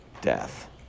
death